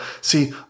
See